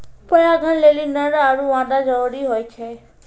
परागण लेलि नर आरु मादा जरूरी होय छै